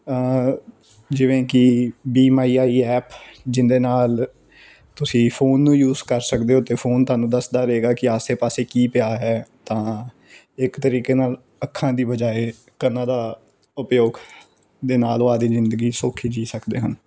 ਜਿਵੇਂ ਕਿ Be My Eye app ਜਿਹਦੇ ਨਾਲ ਤੁਸੀਂ ਫੋਨ ਨੂੰ ਯੂਜ ਕਰ ਸਕਦੇ ਹੋ ਅਤੇ ਫੋਨ ਤੁਹਾਨੂੰ ਦੱਸਦਾ ਰਹੇਗਾ ਕਿ ਆਸੇ ਪਾਸੇ ਕੀ ਪਿਆ ਹੈ ਤਾਂ ਇੱਕ ਤਰੀਕੇ ਨਾਲ ਅੱਖਾਂ ਦੀ ਬਜਾਏ ਕੰਨਾਂ ਦਾ ਉਪਯੋਗ ਦੇ ਨਾਲ ਉਹ ਆਪਣੀ ਜ਼ਿੰਦਗੀ ਸੌਖੀ ਜੀਅ ਸਕਦੇ ਹਨ